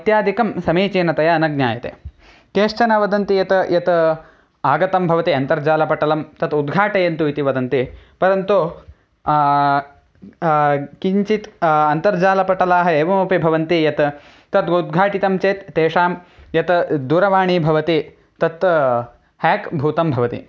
इत्यादिकं समीचीनतया न ज्ञायते केश्चन वदन्ति यत् यत् आगतं भवति अन्तर्जालपटलं तत् उद्घाटयन्तु इति वदन्ति परन्तु किञ्चित् अन्तर्जालपटलाः एवमपि भवन्ति यत् तद् उद्घाटितं चेत् तेषां या दूरवाणी भवति तत् हेक् भूतं भवति